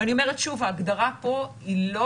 ואני אומרת, שוב, ההגדרה פה היא לא